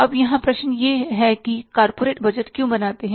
अब यहाँ प्रश्न यह है कि कॉर्पोरेट बजट क्यों बनाते हैं